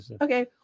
Okay